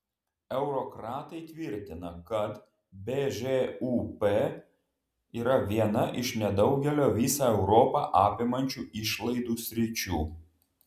eurokratai tvirtina kad bžūp yra viena iš nedaugelio visą europą apimančių išlaidų sričių